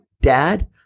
dad